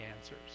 answers